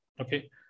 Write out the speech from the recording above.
Okay